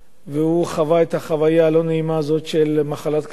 הוא חווה את החוויה הלא-נעימה הזאת של מחלת כליות,